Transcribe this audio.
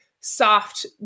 soft